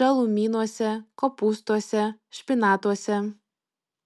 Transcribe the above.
žalumynuose kopūstuose špinatuose